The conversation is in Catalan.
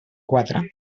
quatre